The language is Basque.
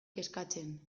kezkatzen